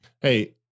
Hey